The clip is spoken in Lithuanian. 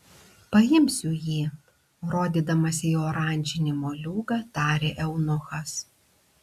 paimsiu jį rodydamas į oranžinį moliūgą tarė eunuchas